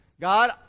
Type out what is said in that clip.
God